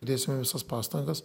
dėsime visas pastangas